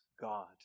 God